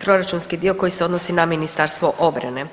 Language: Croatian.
proračunski dio koji se odnosi na Ministarstvo obrane.